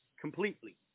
completely